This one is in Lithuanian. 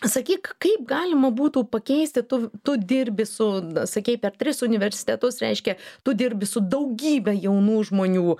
sakyk kaip galima būtų pakeisti tu tu dirbi su sakei per tris universitetus reiškia tu dirbi su daugybe jaunų žmonių